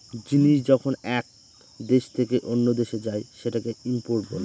জিনিস যখন এক দেশ থেকে অন্য দেশে যায় সেটাকে ইম্পোর্ট বলে